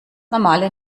normale